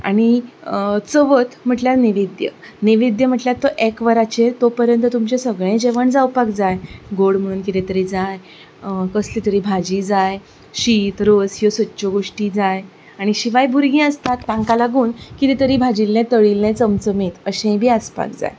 आनी चवथ म्हटल्यार नैवेद्य आनी नैवेद्य म्हटल्यार एक वरांचेर तो पर्यंत तुमचें सगळें जेवण जावपाक जाय गोड म्हणून कितें तरी जाय कसली तरी भाजी जाय शीत रोस ह्यो सदच्यो गोश्टी जाय शिवाय भुरगीं आसतात तांकां लागून कितें तरी भाजिल्लें तळील्लें चमचमीत अशींय बी आसपाक जाय